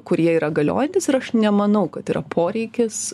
kurie yra galiojantys ir aš nemanau kad yra poreikis